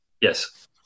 yes